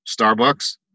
Starbucks